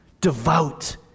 devout